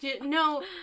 No